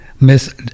miss